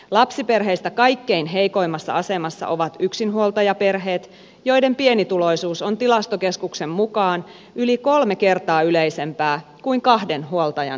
lapsiperheistä kaikkein heikoimmassa asemassa ovat yksinhuoltajaperheet joiden pienituloisuus on tilastokeskuksen mukaan yli kolme kertaa yleisempää kuin kahden huoltajan lapsiperheiden